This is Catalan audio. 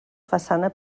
façana